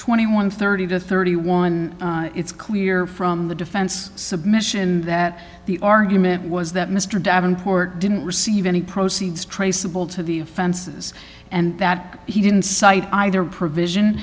and thirty to thirty one it's clear from the defense submission that the argument was that mr davenport didn't receive any proceeds traceable to the offenses and that he didn't cite either provision